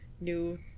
new